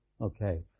Okay